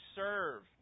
serve